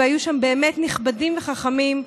והיו שם באמת נכבדים וחכמים,